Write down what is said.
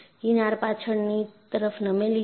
કિનાર પાછળની તરફ નમેલી છે